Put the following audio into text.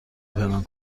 پنهان